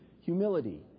humility